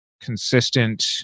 consistent